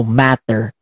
matter